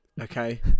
okay